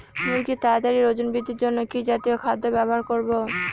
মুরগীর তাড়াতাড়ি ওজন বৃদ্ধির জন্য কি জাতীয় খাদ্য ব্যবহার করব?